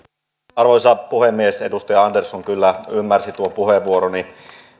arvoisa puhemies edustaja andersson kyllä ymmärsi tuon puheenvuoroni